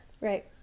Right